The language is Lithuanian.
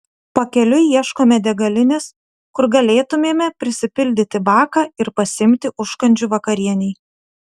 pakeliui ieškome degalinės kur galėtumėme prisipildyti baką ir pasiimti užkandžių vakarienei